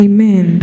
Amen